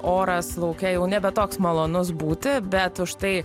oras lauke jau nebe toks malonus būti bet už tai